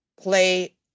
play